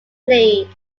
played